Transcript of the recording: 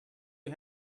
you